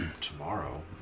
tomorrow